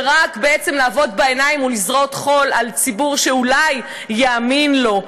ורק בעצם לעבוד בעיניים ולזרות חול בעיני ציבור שאולי יאמין לו.